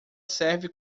serve